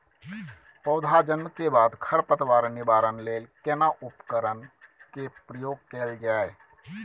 पौधा जन्म के बाद खर पतवार निवारण लेल केना उपकरण कय प्रयोग कैल जाय?